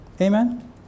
amen